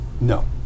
No